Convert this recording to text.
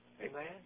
Amen